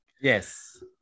Yes